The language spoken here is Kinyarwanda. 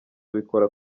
abikora